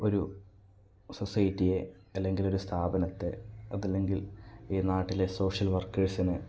ഒരു സൊസൈറ്റിയെ അല്ലങ്കില് ഒരു സ്ഥാപനത്തെ അതല്ലങ്കിൽ ഈ നാട്ടിലെ സോഷ്യൽ വർക്കേഴ്സിനെ